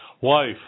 wife